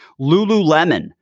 Lululemon